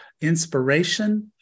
inspiration